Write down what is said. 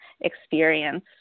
experience